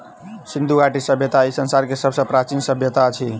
सिंधु घाटी सभय्ता ई संसार के सब सॅ प्राचीन सभय्ता अछि